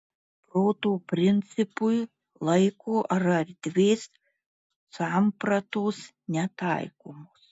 proto principui laiko ar erdvės sampratos netaikomos